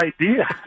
idea